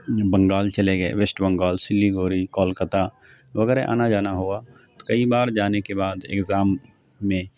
بنگال چلے گئے ویسٹ بنگال سلیگوڑی کولکتہ وغیرہ آنا جانا ہوا تو کئی بار جانے کے بعد اگزام میں